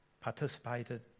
participated